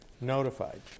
notified